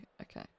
Okay